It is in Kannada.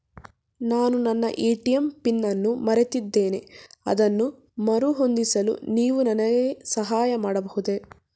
ನಾನು ನನ್ನ ಎ.ಟಿ.ಎಂ ಪಿನ್ ಅನ್ನು ಮರೆತಿದ್ದೇನೆ ಅದನ್ನು ಮರುಹೊಂದಿಸಲು ನೀವು ನನಗೆ ಸಹಾಯ ಮಾಡಬಹುದೇ?